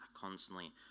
constantly